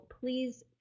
please